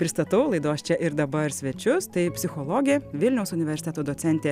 pristatau laidos čia ir dabar svečius tai psichologė vilniaus universiteto docentė